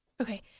Okay